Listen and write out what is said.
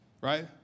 Right